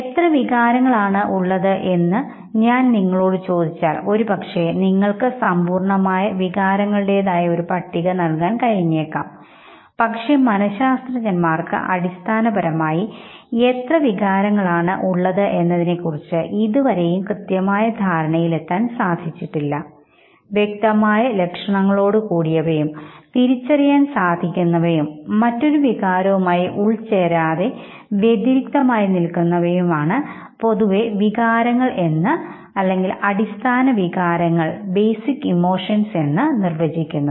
എത്ര വികാരങ്ങൾ ആണ് ഉള്ളത് എന്ന് ഞാൻ നിങ്ങളോട് ചോദിച്ചാൽ ഒരുപക്ഷേ നിങ്ങൾക്ക് സമ്പൂർണ്ണമായ വികാരങ്ങളുടെ ഒരു പട്ടിക നൽകാൻ കഴിഞ്ഞേക്കാം പക്ഷേ മനശാസ്ത്രജ്ഞൻമാർക്ക് അടിസ്ഥാനപരമായി എത്ര എത്ര വികാരങ്ങളാണ് ഉള്ളത് എന്നതിനെക്കുറിച്ച് ഇതുവരെയും കൃത്യമായ ധാരണയിലെത്താൻ സാധിച്ചിട്ടില്ല വ്യക്തമായ ലക്ഷണങ്ങളോടുകൂടിയവയും തിരിച്ചറിയാൻ സാധിക്കുന്നവയും മറ്റൊരു വികാരവുമായി ആയി ഉൾചേരാതെ ഉള്ള വ്യതിരിക്തമായ വികാരങ്ങളാണ് പൊതുവേ അടിസ്ഥാന വികാരങ്ങൾ എന്ന് നിർവചിക്കുന്നത്